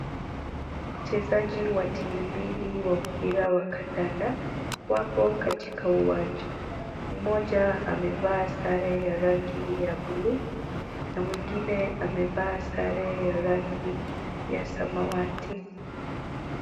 Wachezaji wa timu mbili ya mpira wa kandanda, wapo katika uwanja. Mmoja amevaa sare ya rangi ya bluu na mwingine amevaa sare ya rangi ya samawati.